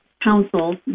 Council